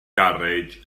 garej